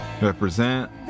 represent